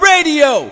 Radio